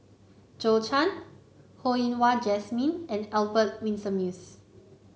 Zhou Can Ho Yen Wah Jesmine and Albert Winsemius